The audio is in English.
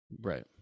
Right